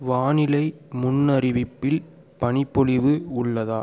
வானிலை முன்னறிவிப்பில் பனி பொழிவு உள்ளதா